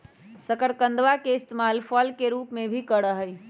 शकरकंदवा के इस्तेमाल फल के रूप में भी करा हई